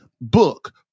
Book